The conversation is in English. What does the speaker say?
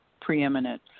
preeminent